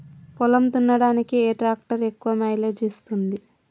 పొలం దున్నడానికి ఏ ట్రాక్టర్ ఎక్కువ మైలేజ్ ఇస్తుంది?